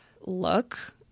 look